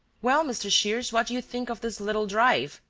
well, mr. shears, what do you think of this little drive?